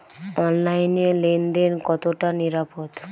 অনলাইনে লেন দেন কতটা নিরাপদ?